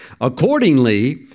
Accordingly